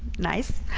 nice